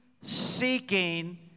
seeking